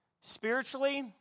Spiritually